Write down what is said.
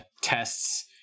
tests